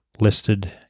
listed